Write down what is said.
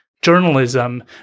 Journalism